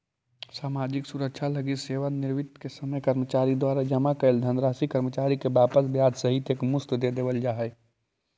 सामाजिक सुरक्षा लगी सेवानिवृत्ति के समय कर्मचारी द्वारा जमा कैल धनराशि कर्मचारी के वापस ब्याज सहित एक मुश्त दे देवल जाहई